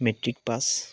metric pass